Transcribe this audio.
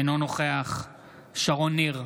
אינו נוכח שרון ניר,